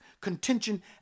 contention